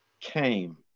came